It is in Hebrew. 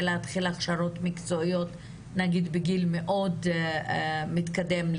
להתחיל הכשרות מקצועיות בגיל מאוד מתקדם,